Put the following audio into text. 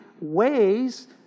ways